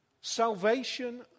salvation